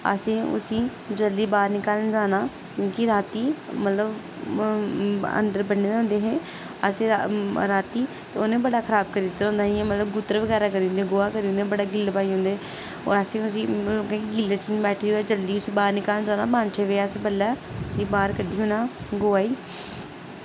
असें उसी जल्दी बाह्र निकालन जाना क्योंकि रातीं मतलब अन्दर बन्ने दे होंदे हे असें रातीं ते उ'नें बड़ा खराब करी दित्ते दा होंदा ही इ'यां मतलब गुत्तर बगैरा करी ओड़दे गोहा बगैरा करी ओड़दे बड़ी गिल्ल पाई ओड़दे असें उसी मतलब कि गिल्ले च नेईं बैठी र'वै जल्दी उसी बाह्र निकालन जाना पंज छे बज़े अस बड़लै उसी बाह्र कड्डी ओड़ना गौवै ई